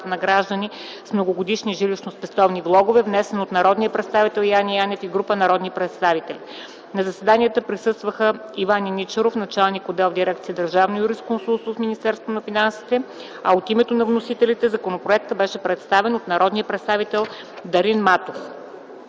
на граждани с многогодишни жилищно-спестовни влогове, внесен от народния представител Яне Янев и група народни представители. На заседанията присъства Иван Еничаров – началник отдел в дирекция „Държавно юрисконсултство” в Министерство на финансите. От името на вносителите законопроектът беше представен от народния представител Дарин Матов.